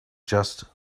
just